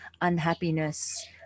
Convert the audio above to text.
unhappiness